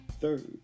Third